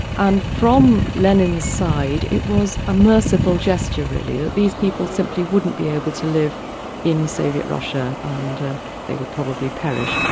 and from lenin's side, it was a merciful gesture really, that these people simply wouldn't be able to live in soviet russia and they would probably perish.